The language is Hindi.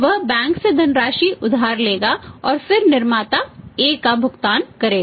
वह बैंक से धनराशि उधार लेगा और फिर निर्माता A को भुगतान करेगा